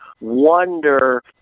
wonder